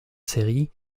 série